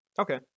Okay